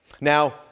Now